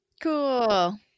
Cool